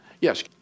Yes